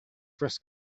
dress